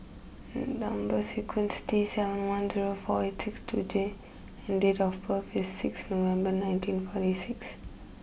number sequence T seven one zero four eight six two J and date of birth is six November nineteen forty six